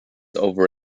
over